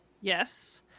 yes